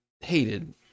hated